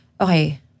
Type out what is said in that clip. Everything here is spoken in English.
okay